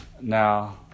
Now